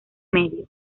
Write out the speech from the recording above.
medio